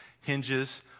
hinges